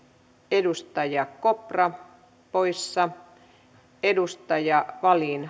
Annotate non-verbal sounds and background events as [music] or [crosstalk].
edustaja kopra poissa edustaja wallin [unintelligible]